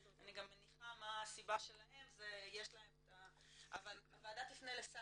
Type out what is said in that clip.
אני גם מניחה מה הסיבה שלהם יש להם את --- אבל הוועדה תפנה לשר